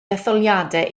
etholiadau